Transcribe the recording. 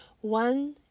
One